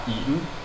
eaten